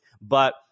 but-